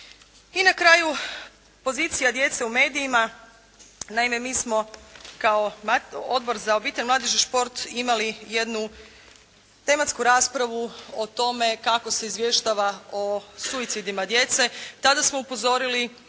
I na kraju, pozicija djece u medijima. Naime, mi smo kao Odbor za obitelj, mladež i šport imali jednu tematsku raspravu o tome kako se izvještava o suicidima djece. Tada smo upozorili